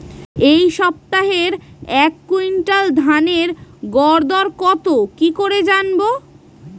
এই সপ্তাহের এক কুইন্টাল ধানের গর দর কত কি করে জানবো?